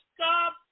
stop